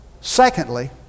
Secondly